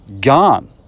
Gone